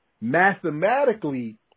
Mathematically